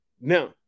Now